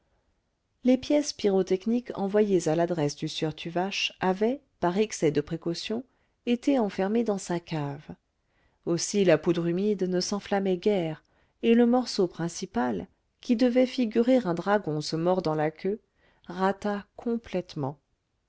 les pièces pyrotechniques envoyées à l'adresse du sieur tuvache avaient par excès de précaution été enfermées dans sa cave aussi la poudre humide ne s'enflammait guère et le morceau principal qui devait figurer un dragon se mordant la queue rata complètement